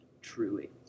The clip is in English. truly